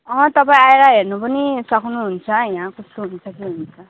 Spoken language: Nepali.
अँ तपाईँ आएर हेर्नु पनि सक्नुहुन्छ यहाँ